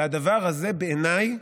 והדבר הזה, בעיניי,